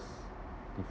s~ if